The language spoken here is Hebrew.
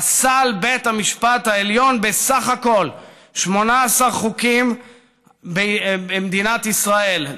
פסל בית המשפט העליון בסך הכול 18 חוקים במדינת ישראל.